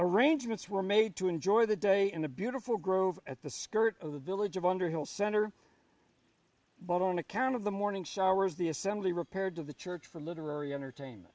arrangements were made to enjoy the day in a beautiful grove at the skirt of the village of underhill center but on account of the morning showers the assembly repaired to the church for literary entertainment